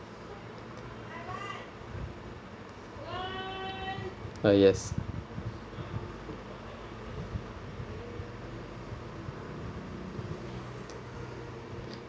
uh yes